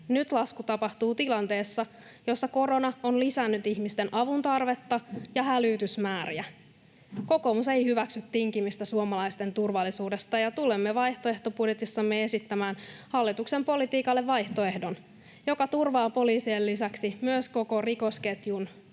Nyt lasku tapahtuu tilanteessa, jossa korona on lisännyt ihmisten avuntarvetta ja hälytysmääriä. Kokoomus ei hyväksy tinkimistä suomalaisten turvallisuudesta, ja tulemme vaihtoehtobudjetissamme esittämään hallituksen politiikalle vaihtoehdon, joka turvaa poliisien lisäksi koko rikosketjun resurssit.